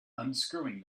unscrewing